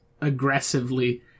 aggressively